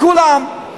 לכולם.